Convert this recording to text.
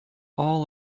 all